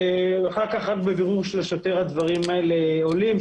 ורק אחר כך כשהשוטר מברר הדברים האלו עולים,